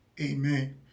amen